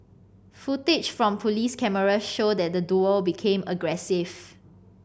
footage from police cameras showed that the duo became aggressive